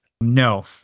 No